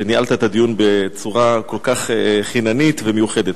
שניהלת את הדיון בצורה כל כך חיננית ומיוחדת.